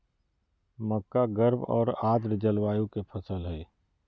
मक्का गर्म आर आर्द जलवायु के फसल हइ